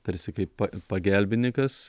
tarsi kaip pagelbinykas